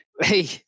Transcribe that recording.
Hey